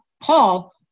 Paul